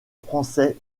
français